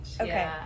Okay